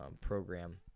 program